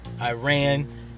iran